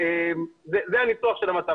זה הניתוח של המצב.